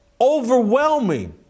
overwhelming